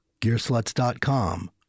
Gearsluts.com